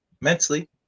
mentally